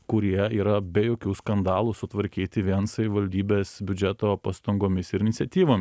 kurie yra be jokių skandalų sutvarkyti vien savivaldybės biudžeto pastangomis ir iniciatyvom